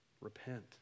Repent